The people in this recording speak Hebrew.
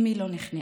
אימי לא נכנעה